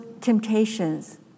temptations